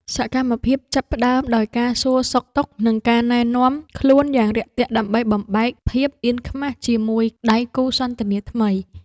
សកម្មភាពចាប់ផ្ដើមដោយការសួរសុខទុក្ខ និងការណែនាំខ្លួនយ៉ាងរាក់ទាក់ ដើម្បីបំបែកភាពអៀនខ្មាសជាមួយដៃគូសន្ទនាថ្មី។